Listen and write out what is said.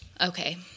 Okay